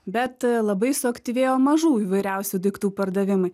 bet labai suaktyvėjo mažų įvairiausių daiktų pardavimai